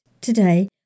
today